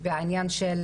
והענין של